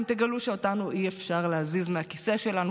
אתם תגלו שאותנו אי-אפשר להזיז מהכיסא שלנו,